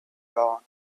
dawn